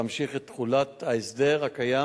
להמשיך את תחולת ההסדר הקיים